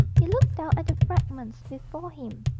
he looked down at the fragments before him,